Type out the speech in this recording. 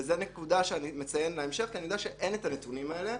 וזו נקודה שאני ציין להמשך כי אני יודע שאין את הנתונים האלה,